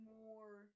more